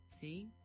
see